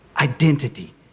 identity